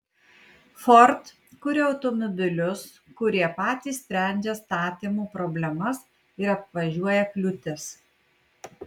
ford kuria automobilius kurie patys sprendžia statymo problemas ir apvažiuoja kliūtis